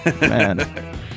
Man